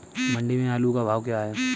मंडी में आलू का भाव क्या है?